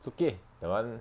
is okay that [one]